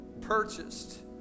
purchased